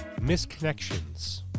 misconnections